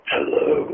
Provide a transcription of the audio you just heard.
Hello